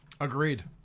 Agreed